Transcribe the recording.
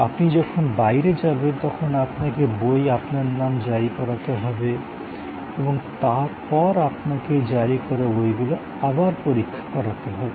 আপনি যখন বাইরে যাবেন তখন আপনাকে বই আপনার নাম জারি করাতে হবে এবং তারপর আপনাকে জারি করা বইগুলো আবার পরীক্ষা করাতে হবে